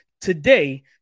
today